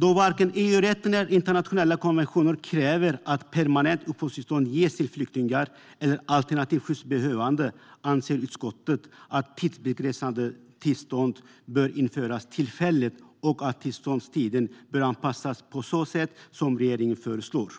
Då varken EU-rätten eller internationella konventioner kräver att permanent uppehållstillstånd ges till flyktingar eller alternativt skyddsbehövande anser utskottet att tidsbegränsade uppehållstillstånd bör införas tillfälligt och att tillståndstiden bör anpassas på så sätt som regeringen föreslår.